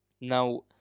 now